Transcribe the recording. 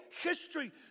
history